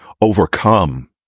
overcome